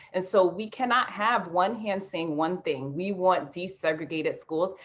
and so we cannot have one hand saying one thing. we want desegregated schools,